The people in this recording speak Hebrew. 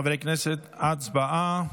חברי הכנסת, הצבעה.